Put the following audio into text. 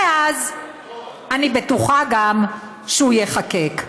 ואז אני בטוחה גם שהוא ייחקק.